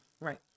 Right